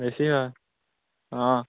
বেছি হয়